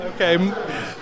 Okay